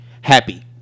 happy